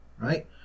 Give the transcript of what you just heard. right